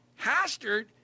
Hastert